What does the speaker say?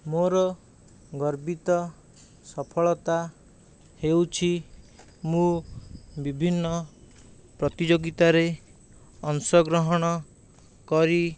ମୋର ଗର୍ବିତ ସଫଳତା ହେଉଛି ମୁଁ ବିଭିନ୍ନ ପ୍ରତିଯୋଗିତାରେ ଅଂଶ ଗ୍ରହଣ କରି